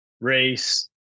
race